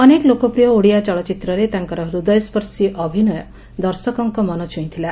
ଅନେକ ଲୋକପ୍ରିୟ ଓଡ଼ିଆ ଚଳଚ୍ଚିତ୍ରରେ ତାଙ୍କର ହୃଦୟସର୍ଶୀ ଅଭିନୟ ଦର୍ଶକଙ୍କ ମନ ଛୁଇଁଥିଲା